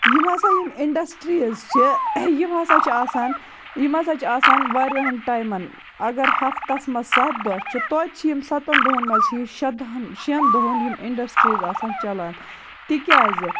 یِم ہَسا یِم اِنڈَسٹِرٛیٖز چھِ یِم ہَسا چھِ آسان یِم ہَسا چھِ آسان وارِیاہَن ٹایمَن اگر ہَفتَس منٛز سَتھ دۄہ چھِ توتہِ چھِ یِم سَتَن دۄہَن منٛز چھِ یہِ شےٚ دۄہَن شٮ۪ن دۄہَن یِم اِنڈَسٹرٛیٖز آسان چَلان تِکیٛازِ